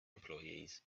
employees